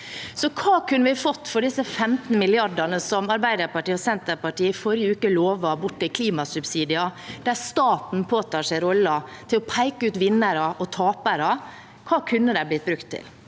hva kunne vi fått for disse 15 mrd. kr som Arbeiderpartiet og Senterpartiet i forrige uke lovte bort i klimasubsidier, der staten påtar seg rollen med å peke ut vinnere og tapere? Hva kunne de blitt brukt til?